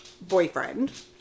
boyfriend